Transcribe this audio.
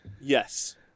yes